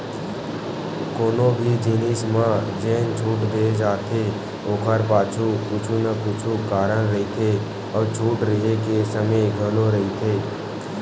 कोनो भी जिनिस म जेन छूट दे जाथे ओखर पाछू कुछु न कुछु कारन रहिथे अउ छूट रेहे के समे घलो रहिथे